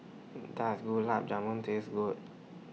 Does Gulab Jamun Taste Good